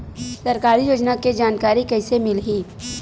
सरकारी योजना के जानकारी कइसे मिलही?